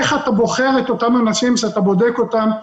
איך אתה בוחר את אותם אנשים שאתה בודק אותם.